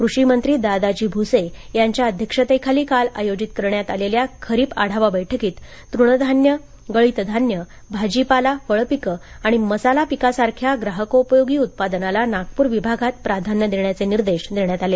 कृषी मंत्री दादाजी भूसे यांच्या अध्यक्षतेखाली काल आयोजित करण्यात आलेल्या खरीप आढावा बैठकीत तृण धान्य गळीत धान्य भाजीपाला फळपिके आणि मसाला पिकासारख्या ग्राहकोपयोगी उत्पादनाला नागपूर विभागात प्राधान्य देण्याचे निर्देश देण्यात आले